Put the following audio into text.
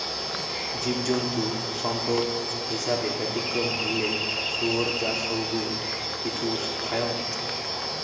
জীবজন্তু সম্পদ হিছাবে ব্যতিক্রম হইলেক শুয়োর যা সৌগ কিছু খায়ং